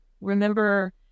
remember